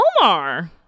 Omar